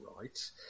right